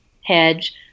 hedge